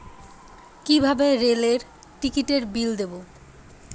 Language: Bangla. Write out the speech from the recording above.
কিভাবে রেলের টিকিটের বিল দেবো?